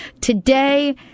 Today